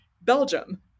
Belgium